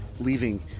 leaving